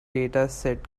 dataset